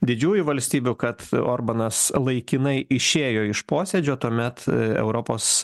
didžiųjų valstybių kad orbanas laikinai išėjo iš posėdžio tuomet europos